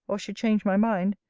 or should change my mind,